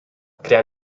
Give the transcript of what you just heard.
crea